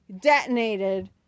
detonated